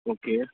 okay